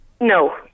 No